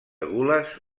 gules